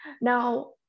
Now